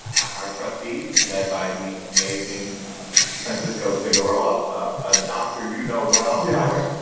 our trustees led by the amazing francisco cigarroa, a doctor you know well, yeah howard.